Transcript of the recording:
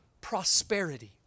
prosperity